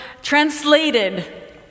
translated